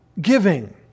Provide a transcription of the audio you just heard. giving